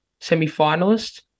semi-finalist